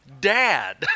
dad